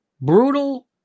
brutal